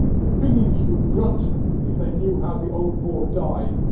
the piggie would grunt if they knew how the old boar died.